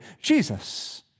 Jesus